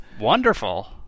Wonderful